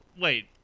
Wait